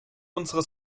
unsere